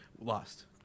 lost